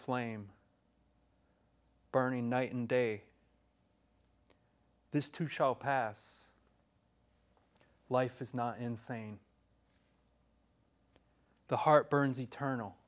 flame burning night and day this too shall pass life is not insane the heart burns eternal